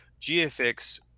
GFX